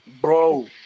Bro